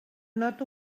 noto